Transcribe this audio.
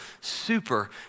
super